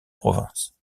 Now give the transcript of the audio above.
province